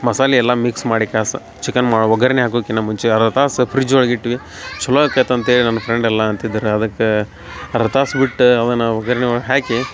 ಮಸಾಲೆ ಎಲ್ಲ ಮಿಕ್ಸ್ ಮಾಡಿ ಕ್ಯಾಸ ಚಿಕನ್ ಮಾ ಒಗ್ಗರ್ಣಿ ಹಾಕುದ್ಕಿನ ಮುಂಚೆ ಅರ್ಧ ತಾಸು ಫ್ರಿಜ್ ಒಳಗ ಇಟ್ವಿ ಛಲೋ ಆಕೈತೆ ಅಂತೇಳಿ ನನ್ನ ಫ್ರೆಂಡ್ ಎಲ್ಲಾ ಅಂತಿದ್ರ ಅದಕ್ಕೆ ಅರ್ಧ ತಾಸು ಬಿಟ್ಟ ಅದನ ಒಗ್ಗರ್ಣಿ ಒಳಗ ಹಾಕಿ